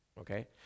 okay